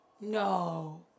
No